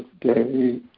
day